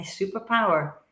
Superpower